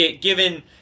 Given